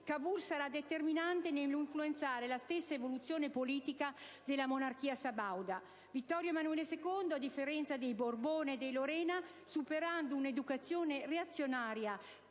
Cavour sarà determinante nell'influenzare la stessa evoluzione politica della monarchia sabauda. Vittorio Emanuele II, a differenza dei Borbone e dei Lorena e superando una educazione reazionaria